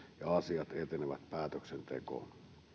ja asiat etenevät päätöksentekoon